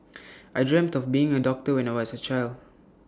I dreamt of being A doctor when I was A child